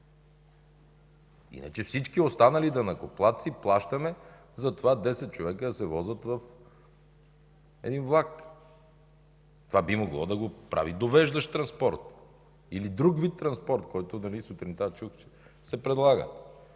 Иначе, всички данъкоплатци плащаме десет човека да се возят в един влак. Това би могло да го прави довеждащ транспорт или друг вид транспорт. Сутринта чух, че се предлага.